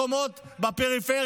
אלה שעוזרים למקומות בפריפריה.